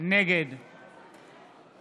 נגד